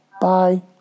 Bye